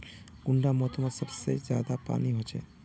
कुंडा मोसमोत सबसे ज्यादा पानी होचे?